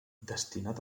destinat